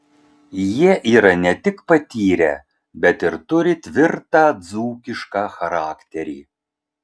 jie yra ne tik patyrę bet ir turi tvirtą dzūkišką charakterį